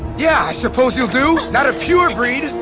yeah, i suppose you'll do! not a pure breed,